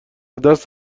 دست